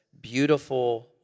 beautiful